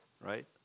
right